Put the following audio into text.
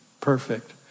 perfect